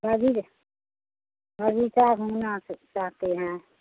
बग़ीचा घूमना चाहते हैं